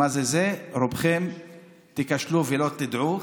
רובכם תיכשלו ולא תדעו.